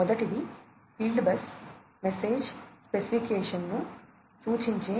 మొదటిది fieldbus message స్పెసిఫికేషన్ను మద్దతు ఇస్తుంది